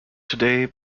today